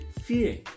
Fear